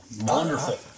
wonderful